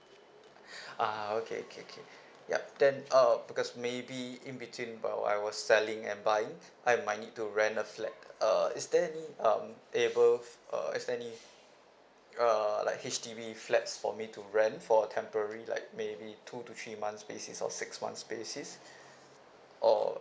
ah okay okay okay yup then uh because maybe in between while I was selling and buying I might need to rent a flat uh is there any um neighbourhoo~ uh is there any uh like H_D_B flats for me to rent for temporary like maybe two to three month basis or six month basis or